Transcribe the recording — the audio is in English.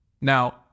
Now